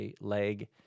leg